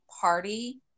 party